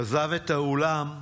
עזב את האולם,